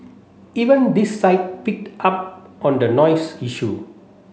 even this site picked up on the noise issue